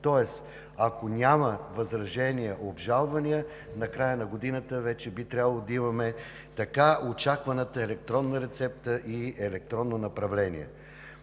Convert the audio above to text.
Тоест ако няма възражения, обжалвания, в края на годината вече би трябвало да имаме така очакваните електронна рецепта и електронно направление.